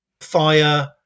fire